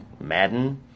Madden